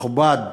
שתכובד